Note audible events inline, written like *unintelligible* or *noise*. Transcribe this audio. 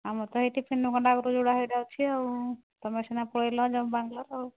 ଆମର ତ ଏଇଠି *unintelligible* ଯୋଉଟା ସେଇଟା ଅଛି ଆଉ ତୁମେ ସିନା ପଳେଇଲ ବାଙ୍ଗାଲୋର୍ ଆଉ